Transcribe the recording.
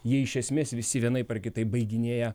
jie iš esmės visi vienaip ar kitaip baiginėja